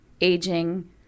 aging